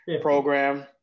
program